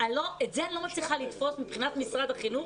את זה אני לא מצליחה לתפוס מבחינת משרד החינוך,